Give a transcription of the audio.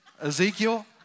Ezekiel